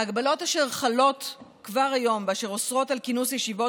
ההגבלות אשר חלות כבר היום אשר אוסרות על כינוס ישיבות